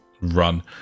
run